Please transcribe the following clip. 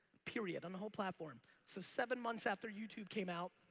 period, on the whole platform. so seven months after youtube came out,